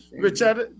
Richard